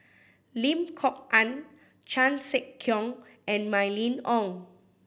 Lim Kok Ann Chan Sek Keong and Mylene Ong